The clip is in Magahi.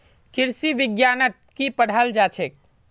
कृषि विज्ञानत की पढ़ाल जाछेक